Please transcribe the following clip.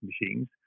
machines